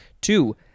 Two